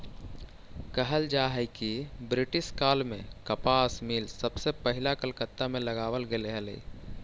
कहल जा हई कि ब्रिटिश काल में कपास मिल सबसे पहिला कलकत्ता में लगावल गेले हलई